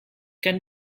can